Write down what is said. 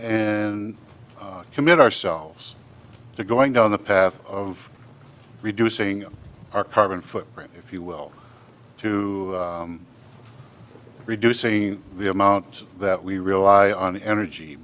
and commit ourselves to going down the path of reducing our carbon footprint if you will to reducing the amount that we rely on energy